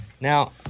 Now